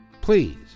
Please